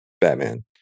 Batman